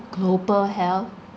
global health